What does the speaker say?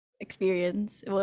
experience